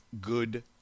good